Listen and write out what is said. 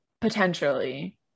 Potentially